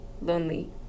lonely